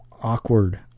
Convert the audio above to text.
awkward